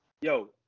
yo